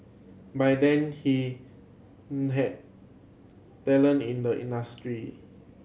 by then he knew had talent in the industry